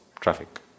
traffic